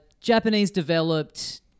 Japanese-developed